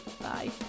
Bye